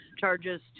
charges